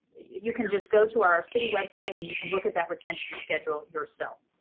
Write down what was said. you can just go to our city website and you can look at that retention schedule yourself.